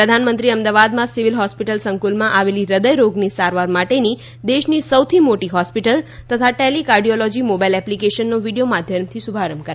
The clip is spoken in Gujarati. પ્રધાનમંત્રીએ અમદાવાદમાં સિવિલ હોસ્પિટલ સંકુલમાં આવેલી હૃદયરોગની સારવાર માટેની દેશની સૌથી મોટી હોસ્પિટલ તથા ટેલી કાર્ડિયોલોજી મોબાઈલ એપ્લીકેશનનો વીડિયો માધ્યમથી શુભારંભ કરાવ્યો હતો